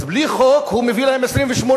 אז בלי חוק הוא מביא להם 28,